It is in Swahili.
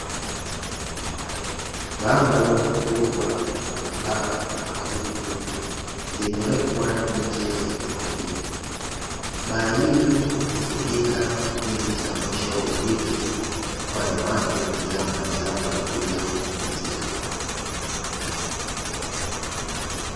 Bango kubwa la baa maarufu limewekwa nje ya jengo hilo. Baa hii hufurika kipindi cha mwisho wa wiki, kwani watu hujaa mahali hapa kuja kupumzika.